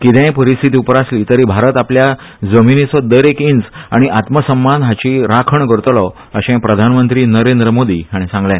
किदेय परिस्थिती उप्रासली तरी भारत आपल्या जमनीचो दरेक इंच आनी आत्मसम्मान हांची राखण करतलो अशे प्रधानमंत्री नरेंद्र मोदी हाणी सांगले